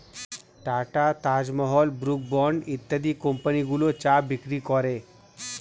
tata, Taj Mahal, Brooke Bond ইত্যাদি কোম্পানিগুলো চা বিক্রি করে